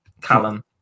Callum